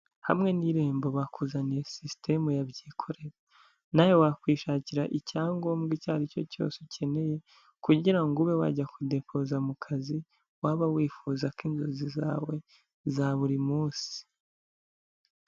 Hamwe n'Irembo bakuzaniye sisitemu yabyikoreraye, na we wakwishakira icyangombwa icyo aricyo cyose ukeneye, kugira ngo ube wajya kudeposa mu kazi waba wifuza k'inzozi zawe za buri munsi.